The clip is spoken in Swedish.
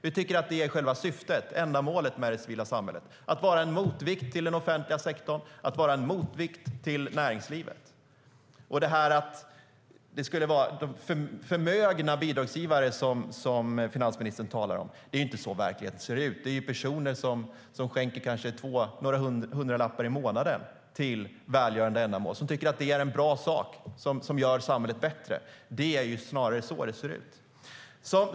Vi tycker att själva syftet, ändamålet, med det civila samhället är att vara en motvikt till den offentliga sektorn och att vara en motvikt till näringslivet. Finansministern talar om att det skulle vara förmögna bidragsgivare. Det är inte så verkligheten ser ut. Det är personer som kanske skänker några hundralappar i månaden till välgörande ändamål, som tycker att det är en bra sak som gör samhället bättre. Det är snarare så det ser ut.